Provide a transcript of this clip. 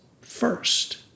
first